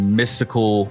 mystical